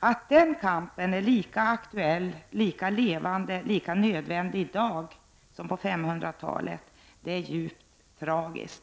Att den kampen är lika aktuell, lika levande och lika nödvändig i dag som på 500-talet är djupt tragiskt.